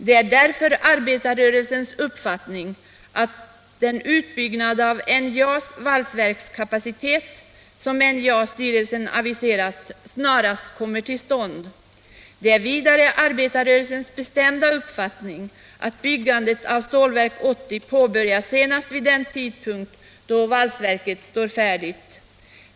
Det är därför arbetarrörelsens uppfattning att den utbyggnad av NJA:s valsverkskapacitet som NJA-styrelsen aviserat snarast skall komma till stånd. Det är vidare arbetarrörelsens bestämda uppfattning att byggandet av Stålverk 80 skall påbörjas senast vid den tidpunkt då valsverket står färdigt.